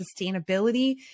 sustainability